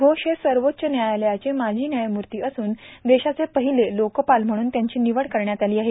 घोष हे सर्वोच्च न्यायालयाचे माजी न्यायमूर्ती असून देशाचे पहिले लोकपाल म्हणून त्यांची निवड करण्यात आली आहे